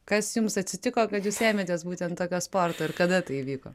kas jums atsitiko kad jūs ėmėtės būtent tokios sporto ir kada tai įvyko